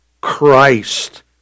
Christ